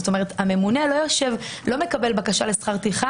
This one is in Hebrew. זאת אומרת שהממונה לא מקבל בקשה לשכר טרחה